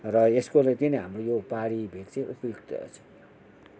र यस्को हाम्रो यो पहाडी भेग चाहिँ उपयुक्त छ